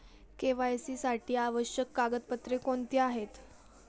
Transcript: KYC साठी आवश्यक कागदपत्रे कोणती आहेत?